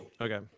Okay